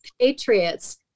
patriots